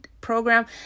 program